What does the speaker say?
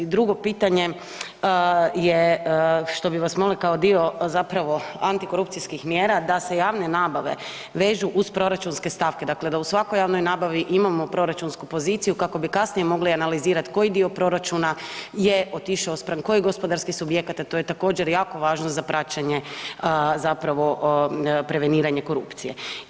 Drugo pitanje je što bi vas molili kao dio zapravo antikorupcijskih mjera da se javne nabave vežu uz proračunske stavke, dakle da u svakoj javnoj nabavi imamo proračunsku poziciju kako bi kasnije mogli analizirati koji dio proračun je otišao spram kojih gospodarskih subjekata, to je također, jako važno za praćenje zapravo preveniranje korupcije.